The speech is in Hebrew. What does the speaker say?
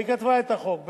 והיא כתבה את החוק,